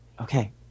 okay